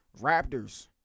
Raptors